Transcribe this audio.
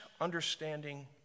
understanding